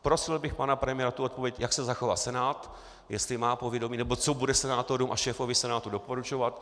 Prosil bych pana premiéra o odpověď, jak se zachová Senát, jestli má povědomí, nebo co bude senátorům a šéfovi Senátu doporučovat.